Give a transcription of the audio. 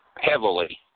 heavily